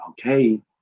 Okay